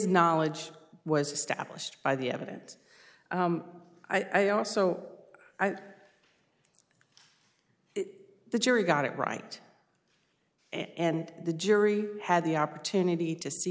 knowledge was established by the evidence i also the jury got it right and the jury had the opportunity to see